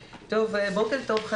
בוקר טוב.